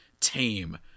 tame